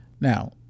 Now